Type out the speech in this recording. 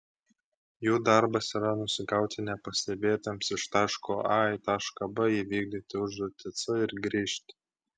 jų darbas yra nusigauti nepastebėtiems iš taško a į tašką b įvykdyti užduotį c ir grįžti